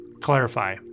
clarify